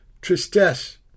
Tristesse